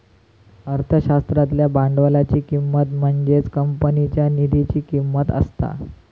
अर्थशास्त्रातल्या भांडवलाची किंमत म्हणजेच कंपनीच्या निधीची किंमत असता